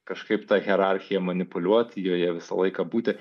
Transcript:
kažkaip tą hierarchiją manipuliuot joje visą laiką būti